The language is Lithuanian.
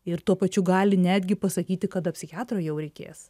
ir tuo pačiu gali netgi pasakyti kada psichiatro jau reikės